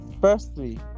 firstly